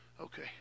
Okay